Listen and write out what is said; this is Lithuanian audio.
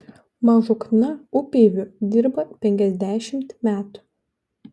mažukna upeiviu dirba penkiasdešimt metų